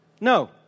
No